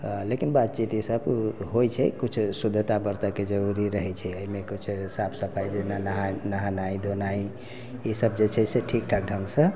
लेकिन बात छै जे ई सब होइत छै किछु शुद्धता बरतैके जरूरी रहैत छै एहिमे किछु साफ सफाइ जेना नहाइ नहेनाइ धोनाइ ई सब जे छै से ठीक ठाक ढङ्गसंँ